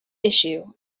issue